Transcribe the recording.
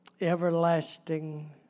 everlasting